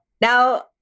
Now